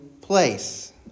place